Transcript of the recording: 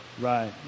Right